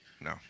No